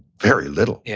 very little. yeah.